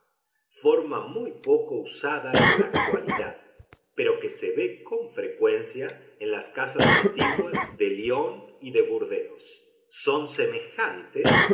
forma muy poco usada en la actualidad pero que se ve con frecuencia en las casas antiguas de lión y de burdeos son semejantes